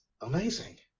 amazing